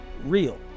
real